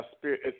spirit